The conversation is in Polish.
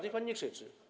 Niech pani nie krzyczy.